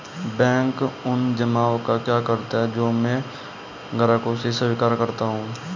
Bank उन जमाव का क्या करता है जो मैं ग्राहकों से स्वीकार करता हूँ?